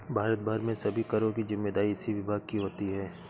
भारत भर में सभी करों की जिम्मेदारी इसी विभाग की होती है